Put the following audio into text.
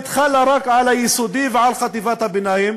חלה רק על היסודי ועל חטיבת הביניים,